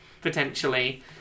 potentially